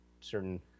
certain